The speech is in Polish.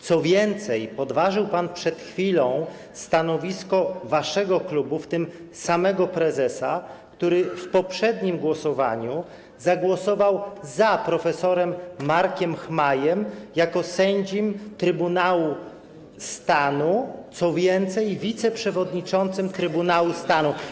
Co więcej, podważył pan przed chwilą stanowisko waszego klubu, w tym samego prezesa, który w poprzednim głosowaniu zagłosował za prof. Markiem Chmajem jako sędzią Trybunału Stanu, co więcej, wiceprzewodniczącym Trybunału Stanu.